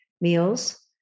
meals